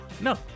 No